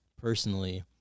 personally